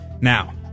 Now